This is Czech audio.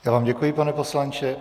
Já vám děkuji, pane poslanče.